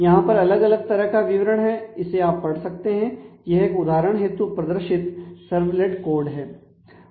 यहां पर अलग अलग तरह का विवरण है इसे आप पढ़ सकते हैं यह एक उदाहरण हेतु प्रदर्शित सर्वलेट कोड है